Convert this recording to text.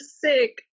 sick